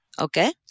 okay